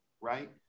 right